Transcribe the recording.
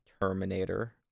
Terminator